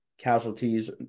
casualties